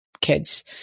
kids